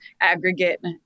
aggregate